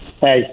Hey